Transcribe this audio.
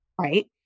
right